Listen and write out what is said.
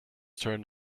turned